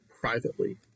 privately